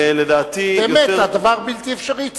באמת, הדבר בלתי אפשרי.